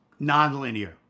nonlinear